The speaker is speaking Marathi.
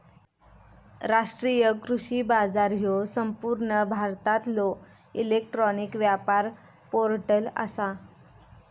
राष्ट्रीय कृषी बाजार ह्यो संपूर्ण भारतातलो इलेक्ट्रॉनिक व्यापार पोर्टल आसा